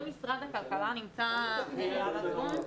האם נציגי משרד הכלכלה נמצאים בזום?